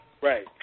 Right